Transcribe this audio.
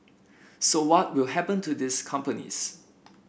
so what will happen to these companies